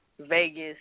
Vegas